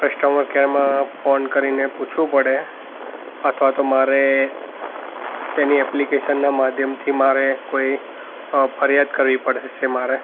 customer કેરમાં phone કરીને પૂછવું પડે અથવા તો મારે તેની એપ્લિકેશનનાં માધ્યમથી મારે કોઈ અ ફરિયાદ કરવી પડશે મારે